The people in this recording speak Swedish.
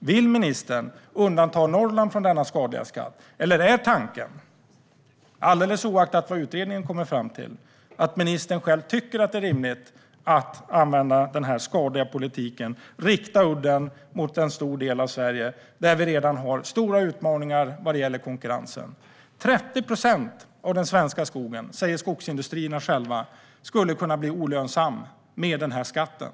Vill ministern undanta Norrland från denna skadliga skatt? Eller tycker ministern, oavsett vad utredningen kommer fram till, att det är rimligt att använda den här skadliga politiken och rikta udden mot en stor del av Sverige där det redan finns stora utmaningar när det gäller konkurrensen? Skogsindustrin själv säger att 30 procent skulle kunna bli olönsam med den här skatten.